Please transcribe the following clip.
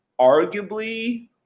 arguably